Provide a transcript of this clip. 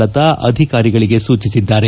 ಲತಾ ಅಧಿಕಾರಿಗಳಿಗೆ ಸೂಚಿಸಿದ್ದಾರೆ